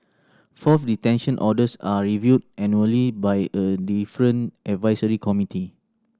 fourth detention orders are reviewed annually by a different advisory committee